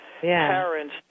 Parents